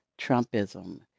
Trumpism